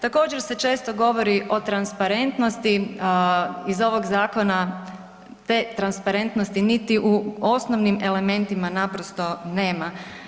Također se često govori o transparentnosti iz ovog zakona, te transparentnosti niti u osnovnim elementima naprosto nema.